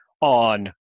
on